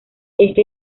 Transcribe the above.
este